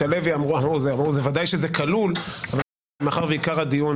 אמרו שבוודאי זה כלול אבל מאחר ועיקר הדיון